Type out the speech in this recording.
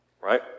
Right